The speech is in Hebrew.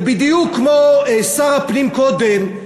ובדיוק כמו שר הפנים קודם,